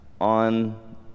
on